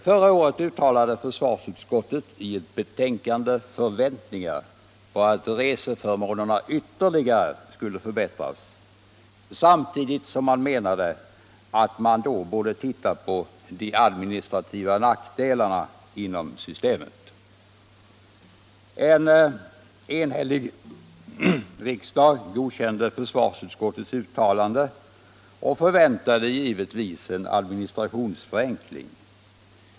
Förra året uttalade försvarsutskottet i ett betänkande förväntningar på att reseförmånerna ytterligare skulle förbättras samtidigt som man menade att man då borde titta på de administrativa nackdelarna inom systemet. En enhällig riksdag godkände försvarsutskottets uttalande och förväntade givetvis en administrationsförenkling.